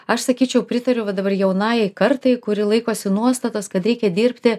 aš sakyčiau pritariu va dabar jaunajai kartai kuri laikosi nuostatos kad reikia dirbti